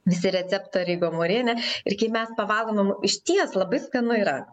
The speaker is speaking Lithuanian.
visi receptoriai gomuriniai ir kai mes pavalgom išties labai skanu yra